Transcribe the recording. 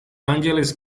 angeles